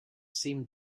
seemed